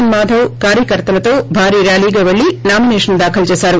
ఎన్ మాధవ్ కార్యకర్తలతో భారీ ర్యాలీగా పెల్లి నామినేషన్ దాఖలు చేశారు